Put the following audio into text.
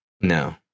no